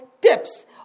tips